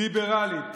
ליברלית,